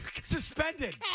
suspended